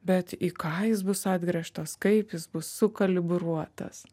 bet į ką jis bus atgręžtas kaip jis bus sukalibruotas